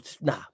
Nah